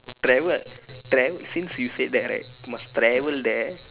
travel travel since you said that right must travel there